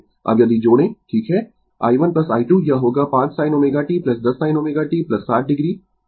अब यदि जोड़ें ठीक है i1 i2 यह होगा 5 sin ω t 10 sin ω t 60 o